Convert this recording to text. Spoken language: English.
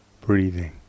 breathing